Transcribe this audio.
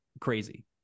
crazy